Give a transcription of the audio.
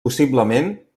possiblement